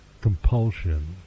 compulsion